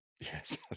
Yes